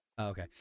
Okay